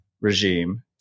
regime